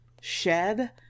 shed